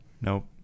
Nope